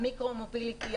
המיקרו-מוביליטי,